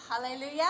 Hallelujah